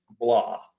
blah